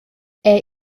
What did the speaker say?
era